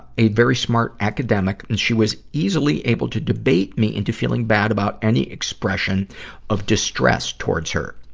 a very smart academic, and she was easily able to debate me into feeling bad about any expression of distress towards her.